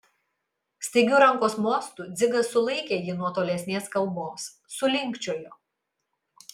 staigiu rankos mostu dzigas sulaikė jį nuo tolesnės kalbos sulinkčiojo